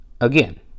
again